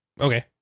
okay